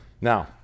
Now